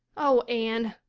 oh, anne,